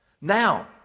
Now